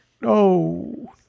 No